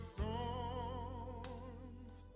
Storms